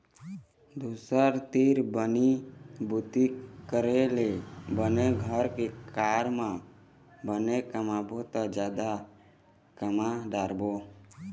दूसर तीर बनी भूती करे ले बने घर के खार म बने कमाबो त जादा कमा डारबो